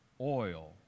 oil